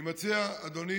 אני מציע, אדוני